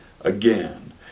again